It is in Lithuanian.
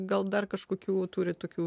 gal dar kažkokių turit tokių